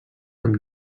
amb